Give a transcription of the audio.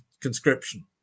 conscription